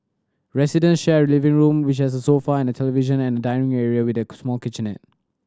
resident share a living room which has a sofa and television and a dining area with a small kitchenette